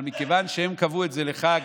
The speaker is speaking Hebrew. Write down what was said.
אבל מכיוון שהם קבעו את זה כחג,